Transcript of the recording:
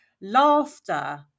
laughter